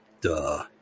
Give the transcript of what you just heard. duh